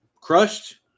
crushed